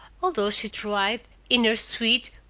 although she tried in her sweet,